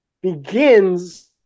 begins